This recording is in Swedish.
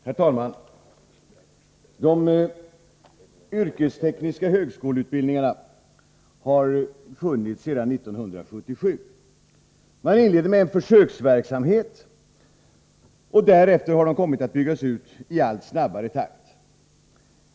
Nr 154 Herr talman! De yrkestekniska högskoleutbildningarna har funnits sedan 1977. Man inledde med en försöksverksamhet, och därefter har de kommit SN RN att byggas ut i allt snabbare takt.